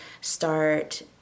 start